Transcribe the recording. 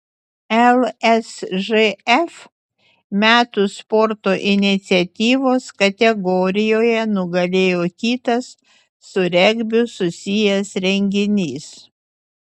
lsžf metų sporto iniciatyvos kategorijoje nugalėjo kitas su regbiu susijęs renginys